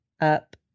up